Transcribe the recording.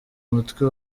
umutwe